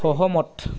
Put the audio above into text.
সহমত